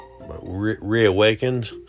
reawakened